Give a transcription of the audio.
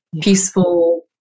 peaceful